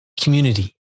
community